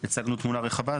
הצגנו תמונה רחבה,